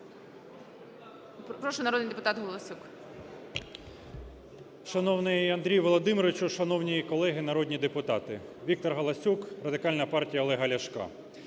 Прошу, народний депутат Галасюк.